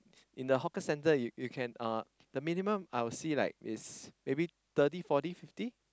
in the hawker centre you you can uh the minimum I would see like is maybe thirty fourty fifty